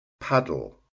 paddle